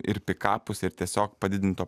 ir pikapus ir tiesiog padidinto